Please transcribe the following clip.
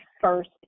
first